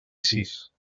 sis